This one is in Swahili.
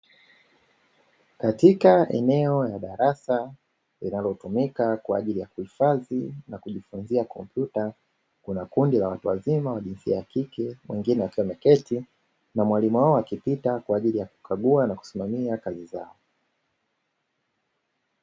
Katika eneo ya darasa linalotumika kwaajili ya kuhifadhi na kujifunza kompyuta, kuna kundi la watu wazima wa jinsia ya kike wengine wakiwa wameketi na mwalimu wao akipita kwaajili ya kukagua na kusimamia kazi zao.